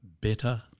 better